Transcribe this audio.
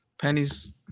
pennies